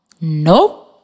No